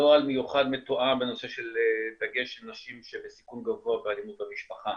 נוהל מיוחד מתואם בנושא בדגש על נשים שבסיכון גבוה באלימות במשפחה.